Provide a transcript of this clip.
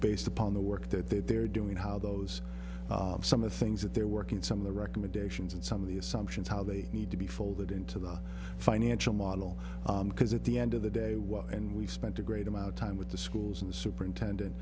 based upon the work that they're doing how those some of the things that they're working some of the recommendations and some of the assumptions how they need to be folded into the fine anshul model because at the end of the day well and we've spent a great amount of time with the schools and superintendent